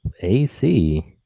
AC